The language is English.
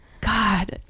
god